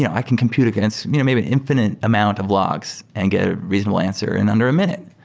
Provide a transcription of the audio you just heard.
yeah i can compute against you know maybe an infinite amount of logs and get a reasonable answer in under a minute,